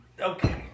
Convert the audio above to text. Okay